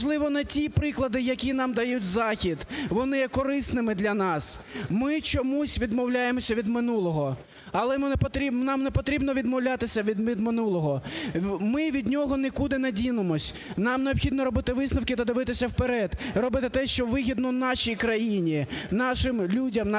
вони є корисними для нас? Ми чомусь відмовляємося від минулого, але нам не потрібно відмовлятися від минулого, ми від нього нікуди не дінемось, нам необхідно робити висновки та дивитися вперед, робити те, що вигідно нашій країні, нашим людям, нашим дітям.